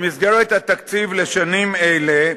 במסגרת התקציב לשנים אלה,